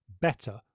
better